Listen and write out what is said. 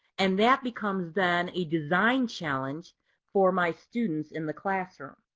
and that becomes then a design challenge for my students in the classroom.